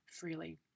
freely